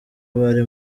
bari